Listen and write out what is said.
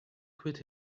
quit